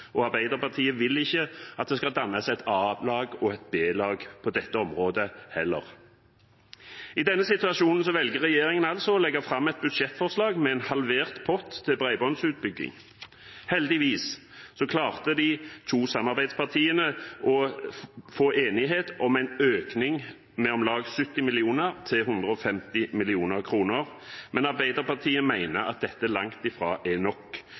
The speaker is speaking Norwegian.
og Arbeiderpartiet vil ikke at det skal danne seg et A-lag og et B-lag på dette området heller. I denne situasjonen velger regjeringen altså å legge fram et budsjettforslag med en halvert pott til bredbåndsutbygging. Heldigvis klarte de to samarbeidspartiene å få enighet om en økning med om lag 70 mill. kr til 150 mill. kr, men Arbeiderpartiet mener at dette langt fra er nok.